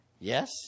Yes